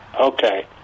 Okay